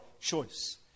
choice